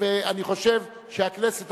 ואני חושב שהכנסת,